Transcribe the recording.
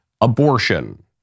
abortion